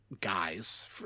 guys